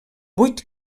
vuit